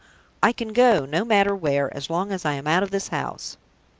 i can go no matter where, as long as i am out of this house!